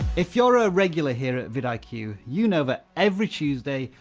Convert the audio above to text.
if you're a regular here at vidiq, you you know that every tuesday,